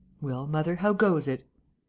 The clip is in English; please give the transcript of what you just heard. well, mother, how goes it?